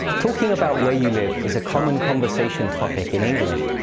talking about where you live is a common conversation topic in english.